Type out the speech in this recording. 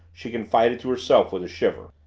she confided to herself with a shiver.